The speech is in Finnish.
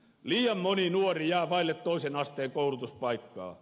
liian moni nuori jää vaille toisen asteen koulutuspaikkaa